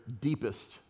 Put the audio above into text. deepest